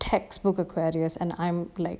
textbook aquarius and I'm like